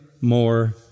more